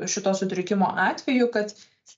šito sutrikimo atveju kad